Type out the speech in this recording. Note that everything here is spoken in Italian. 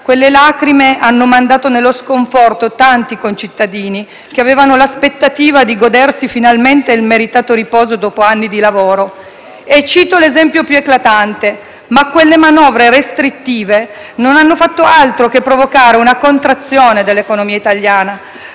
compaesana, che hanno mandato nello sconforto tanti concittadini che avevano l'aspettativa di godersi finalmente il meritato riposo dopo anni di lavoro, e cito l'esempio più eclatante. Quelle manovre restrittive non hanno fatto altro, però, che provocare una contrazione dell'economia italiana: